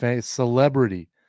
Celebrity